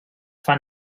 fan